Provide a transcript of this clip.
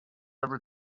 every